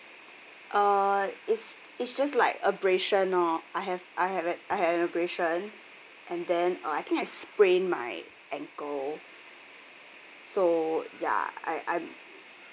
uh it's it's just like abrasion lor I have I have an I have an abrasion and then uh I think I sprained my ankle so ya I I'm